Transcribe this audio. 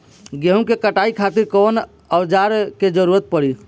गेहूं के कटाई खातिर कौन औजार के जरूरत परी?